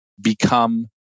become